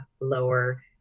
lower